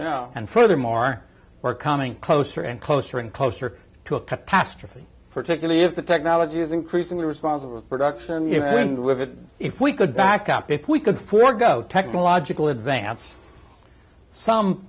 know and furthermore we're coming closer and closer and closer to a catastrophe particularly if the technology is increasingly responsible production and if we could back up if we could forego technological advance some